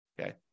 Okay